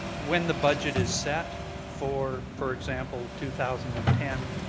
when the budget is set, for for example, two thousand and ten,